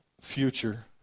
future